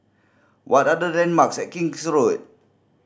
what are the landmarks and King's Road